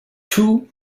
two